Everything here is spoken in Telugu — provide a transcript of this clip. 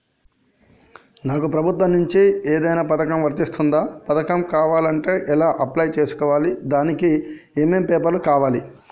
నాకు ప్రభుత్వం నుంచి ఏదైనా పథకం వర్తిస్తుందా? పథకం కావాలంటే ఎలా అప్లై చేసుకోవాలి? దానికి ఏమేం పేపర్లు కావాలి?